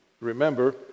remember